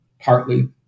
partly